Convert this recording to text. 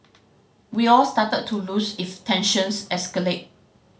we all started to lose if tensions escalate